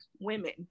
women